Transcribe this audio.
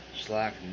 slack